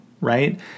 right